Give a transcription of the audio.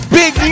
big